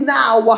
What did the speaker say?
now